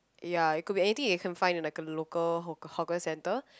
ya it could be anything you can find in like a local hawk~ hawker center